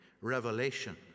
revelation